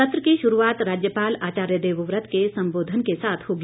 सत्र की शुरूआत राज्यपाल आचार्य देवव्रत के संबोधन के साथ होगी